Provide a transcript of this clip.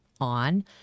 on